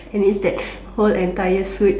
and it's that whole entire suit